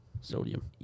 Sodium